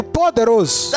poderoso